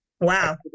Wow